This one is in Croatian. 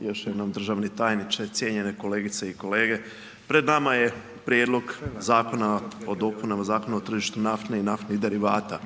i još jednom državni tajniče, cijenjene kolegice i kolege. Pred nama je Prijedlog zakona o dopunama Zakona o tržištu nafte i naftnih derivata.